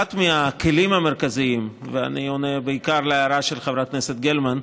אחד הכלים המרכזיים ואני עונה בעיקר על ההערה של חברת הכנסת גרמן.